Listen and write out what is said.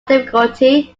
difficulty